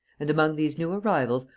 and, among these new arrivals,